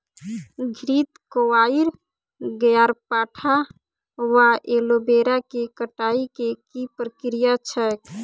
घृतक्वाइर, ग्यारपाठा वा एलोवेरा केँ कटाई केँ की प्रक्रिया छैक?